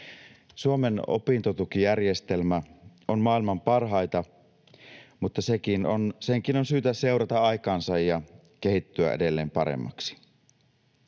Suomen opintotukijärjestelmä on maailman parhaita, mutta senkin on syytä seurata aikaansa ja kehittyä edelleen paremmaksi.